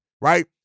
right